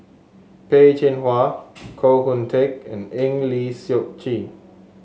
Peh Chin Hua Koh Hoon Teck and Eng Lee Seok Chee